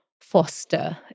foster